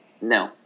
No